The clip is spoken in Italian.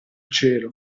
cielo